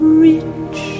rich